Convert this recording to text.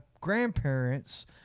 grandparents